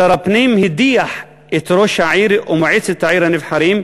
שר הפנים הדיח את ראש העיר ומועצת העיר הנבחרים,